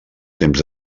temps